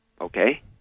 okay